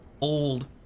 old